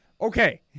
Okay